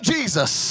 Jesus